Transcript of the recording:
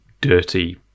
dirty